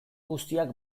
guztiak